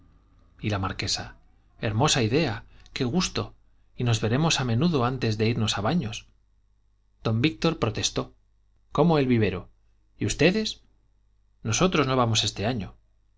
y la marquesa hermosa idea qué gusto y nos veremos a menudo antes de irnos a baños don víctor protestó cómo el vivero y ustedes nosotros no vamos este año